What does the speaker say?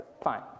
fine